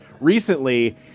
recently